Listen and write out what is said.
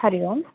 Hari Om